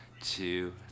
two